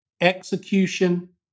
execution